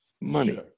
Money